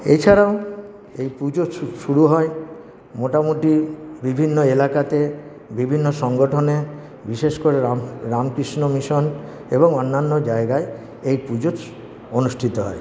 এইছাড়াও এই পুজো ছু শুরু হয় মোটামুটি বিভিন্ন এলাকাতে বিভিন্ন সংগঠনে বিশেষ করে রা রামকৃষ্ণ মিশন এবং অন্যান্য জায়গায় এই পুজো অনুষ্ঠিত হয়